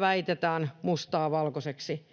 väitetään mustaa valkoiseksi.